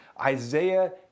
Isaiah